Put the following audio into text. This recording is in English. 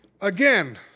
Again